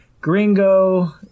gringo